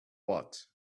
what